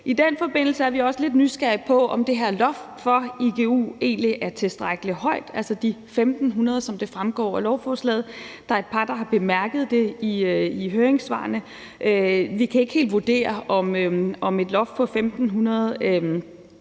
I den forbindelse er vi også lidt nysgerrige på, om det her loft for antallet af igu-forløb egentlig er tilstrækkelig højt, altså de 1.500, som det fremgår af lovforslaget. Der er et par stykker, der har bemærket det i høringssvarene. Vi kan ikke helt vurdere, om et loft på 1.500